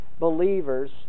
Believers